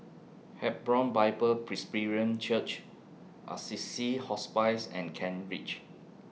Hebron Bible Presbyterian Church Assisi Hospice and Kent Ridge